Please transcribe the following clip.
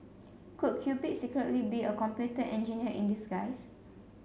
could Cupid secretly be a computer engineer in disguise